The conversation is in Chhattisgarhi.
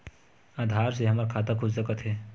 आधार से हमर खाता खुल सकत हे?